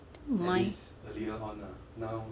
I think mine